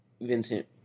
Vincent